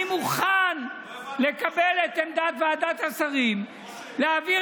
אני מוכן לקבל את עמדת ועדת השרים להעביר